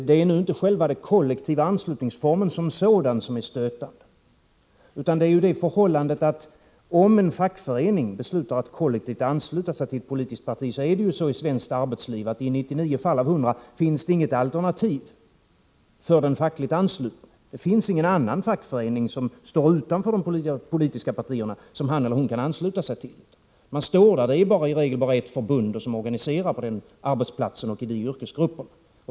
Det är nu inte själva den kollektiva anslutningsformen som sådan som är stötande, utan det är det förhållandet att om en fackförening beslutar att kollektivt ansluta sig till ett politiskt parti finns det i svenskt arbetsliv i 99 fall av 100 inget alternativ för den fackligt anslutne. Det finns ingen fackförening som står utanför de politiska partierna och som han eller hon kan ansluta sig till. Det är i regel bara ett förbund som organiserar på arbetsplatsen och i de här aktuella yrkesgrupperna.